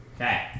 Okay